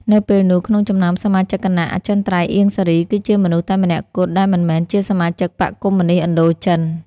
នៅពេលនោះ ក្នុងចំណោមសមាជិកគណៈអចិន្ត្រៃយ៍ អៀង សារី គឺជាមនុស្សតែម្នាក់គត់ ដែលមិនមែនជាសមាជិកបក្សកុម្មុយនិស្តឥណ្ឌូចិន។